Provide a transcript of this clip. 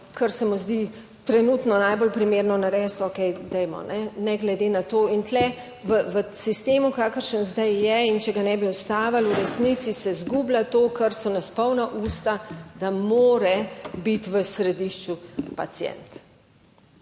kar se mu zdi trenutno najbolj primerno narediti, okej, dajmo, ne glede na to in tu v sistemu, kakršen zdaj je in če ga ne bi ustavili, v resnici se izgublja to, kar so nas polna usta, da mora biti v središču pacient.